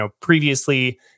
previously